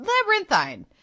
labyrinthine